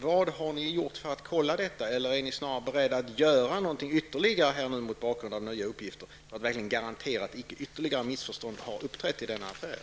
Vad har ni gjort för att kontrollera detta? Är ni beredda att göra någonting ytterligare, mot bakgrund av nya uppgifter, för att verkligen få garantier för att icke ytterligare missförstånd har uppträtt i denna affär?